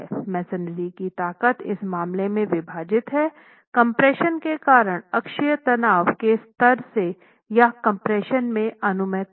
masonry की ताकत इस मामले में विभाजित हैं कोम्प्रेशन के कारण अक्षीय तनाव के स्तर से या कम्प्रेशन में अनुमेय तनाव